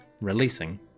releasing